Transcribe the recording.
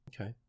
Okay